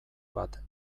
bat